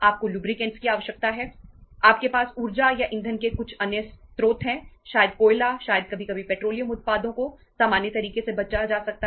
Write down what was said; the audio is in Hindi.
आपके पास ऊर्जा या ईंधन के कुछ अन्य स्रोत हैं शायद कोयला शायद कभी कभी पेट्रोलियम उत्पादों की बचत